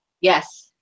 Yes